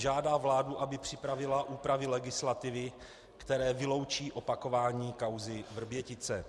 V. žádá vládu, aby připravila úpravy legislativy, které vyloučí opakování kauzy Vrbětice;